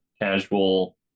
casual